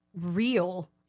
real –